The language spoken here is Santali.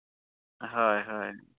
ᱦᱳᱭ ᱦᱳᱭ